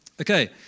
Okay